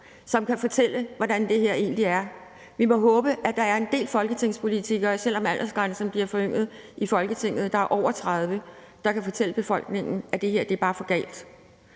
som kan fortælle, hvordan det her egentlig er. Vi må håbe, at der er en del folketingspolitikere, selv om aldersgennemsnittet i Folketinget bliver lavere, der er over 35 år, og som kan fortælle befolkningen, at det her bare er for galt.